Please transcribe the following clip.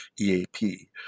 EAP